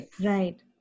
Right